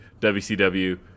WCW